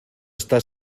está